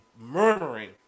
murmuring